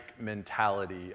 mentality